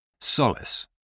Solace